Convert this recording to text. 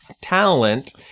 talent